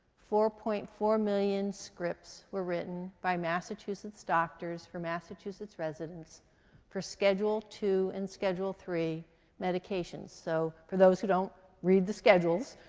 four point four million scripts were written by massachusetts doctors for massachusetts residents for schedule two and schedule three medications. so for those who don't read the schedules,